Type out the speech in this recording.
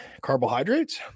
carbohydrates